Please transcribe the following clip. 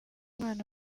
umwana